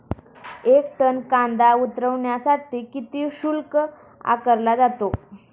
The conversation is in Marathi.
एक टन कांदा उतरवण्यासाठी किती शुल्क आकारला जातो?